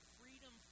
freedom